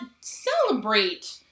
celebrate